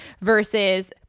Versus